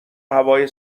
هوای